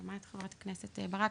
גם את, חברת הכנסת ברק.